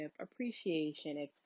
appreciation